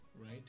right